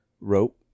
rope